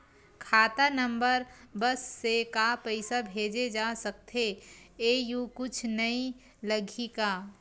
खाता नंबर बस से का पईसा भेजे जा सकथे एयू कुछ नई लगही का?